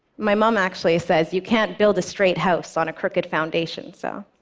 my mom actually says, you can't build a straight house on a crooked foundation. so